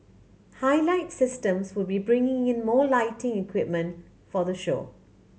Highlight Systems will be bringing in more lighting equipment for the show